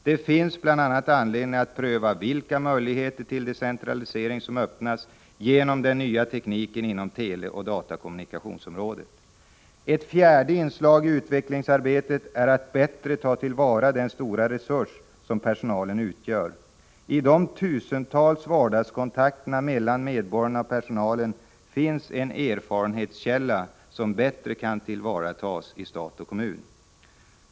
Det finns bl.a. anledning att pröva vilka möjligheter till decentralisering som öppnas genom den nya tekniken inom teleoch datakommunikationsområdet. Ett fjärde inslag i utvecklingsarbetet är att bättre ta till vara den stora resurs som personalen utgör. I de tusentals vardagskontakterna mellan medborgarna och personalen finns en erfarenhetskälla som bättre kan tillvaratas i stat och kommun.